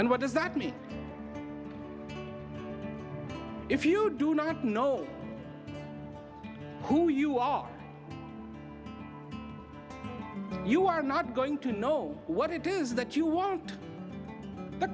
and what does that mean if you do not know who you are you are not going to know what it is that you won't the